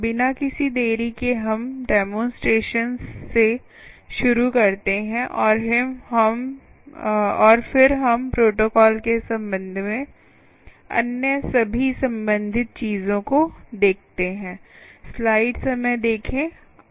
बिना किसी देरी के हम डेमोंस्ट्रेशन्स से शुरू करते हैं और फिर हम प्रोटोकॉल के संबंध में अन्य सभी संबंधित चीजों को देखते हैं